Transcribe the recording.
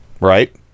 right